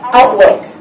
outlook